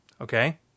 okay